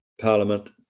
Parliament